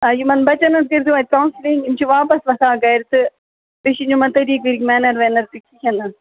آ یِمَن بَچَن حظ کٔرۍزیو اَتہِ کَوسٕلِنٛگ یِم چھِ واپَس وۄتھان گرِ تہٕ بیٚیہِ چھِنہٕ یِمَن طریٖق ؤریٖق مینَر وینَر تہِ کِہیٖنۍ نہٕ